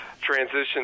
transition